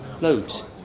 Loads